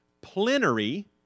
Plenary